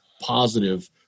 positive